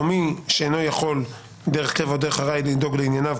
או מי שאינו יכול דרך קבע או דרך ארעי לדאוג לענייניו,